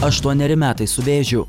aštuoneri metai su vėžiu